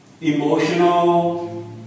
emotional